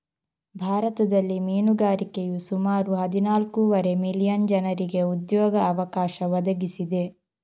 ಭಾರತದಲ್ಲಿ ಮೀನುಗಾರಿಕೆಯು ಸುಮಾರು ಹದಿನಾಲ್ಕೂವರೆ ಮಿಲಿಯನ್ ಜನರಿಗೆ ಉದ್ಯೋಗ ಅವಕಾಶ ಒದಗಿಸಿದೆ